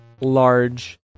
large